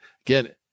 again